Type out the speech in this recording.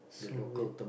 so wait